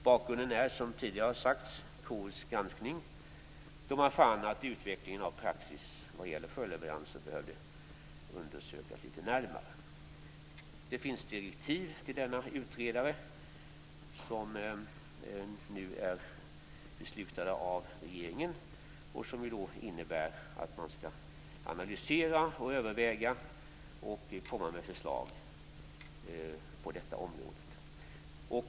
Bakgrunden är, som har sagts tidigare, KU:s granskning, då man fann att utvecklingen av praxis vad gäller följdleveranser behövde undersökas litet närmare. Det finns direktiv, beslutade av regeringen, till denna utredare. De innebär att utredaren skall analysera, överväga och komma med förslag på området.